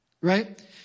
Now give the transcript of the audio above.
Right